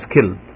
killed